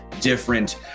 different